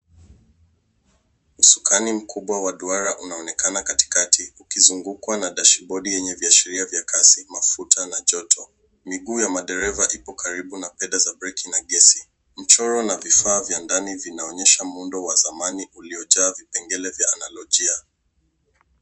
Usukani mkubwa wa duara unaonekana katikati ukizungukwa na dashbodi yenye viashiria vya kasi, mafuta, na joto. Miguu ya madereva ipo karibu na fedha za breki na gesi. Mchoro na vifaa vya ndani vinaonyesha muundo wa zamani uliojaa vipengele vya analojia.